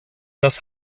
das